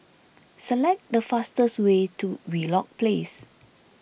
select the fastest way to Wheelock Place